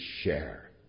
share